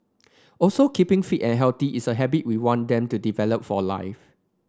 also keeping fit and healthy is a habit we want them to develop for life